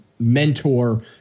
mentor